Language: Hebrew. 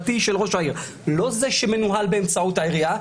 לא זה שמנוהל באמצעות העיריה,